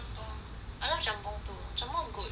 I love jjampong too jjampong is good